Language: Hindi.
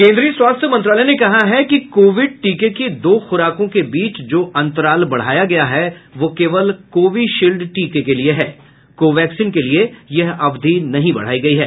केंद्रीय स्वास्थ्य मंत्रालय ने कहा है कि कोविड टीके की दो खुराकों के बीच जो अंतराल बढ़ाया गया है वह केवल कोविशील्ड टीके के लिए है कोवैक्सीन के लिए यह अवधि नहीं बढ़ाई गई है